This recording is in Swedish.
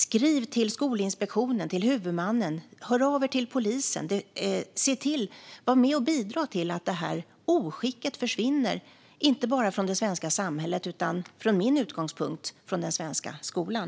Skriv till Skolinspektionen och huvudmannen! Hör av er till polisen! Var med och bidra till att det här oskicket försvinner inte bara från det svenska samhället utan, från min utgångspunkt, från den svenska skolan!